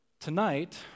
Tonight